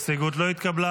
ההסתייגות לא התקבלה.